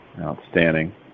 Outstanding